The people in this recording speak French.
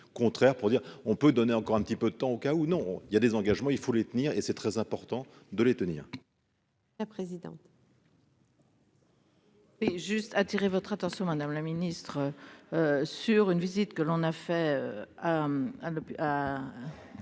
contraire pour dire on peut donner encore un petit peu de temps au cas où, non, il y a des engagements, il faut les tenir et c'est très important de les tenir. La présidente. Et juste attirer votre attention, madame la ministre sur une visite que l'on a fait